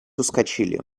ускочили